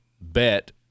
bet